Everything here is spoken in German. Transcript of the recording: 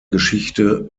geschichte